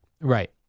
Right